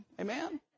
Amen